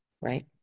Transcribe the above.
right